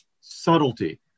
subtlety